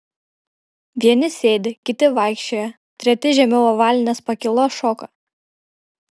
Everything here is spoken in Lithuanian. vieni sėdi kiti vaikščioja treti žemiau ovalinės pakylos šoka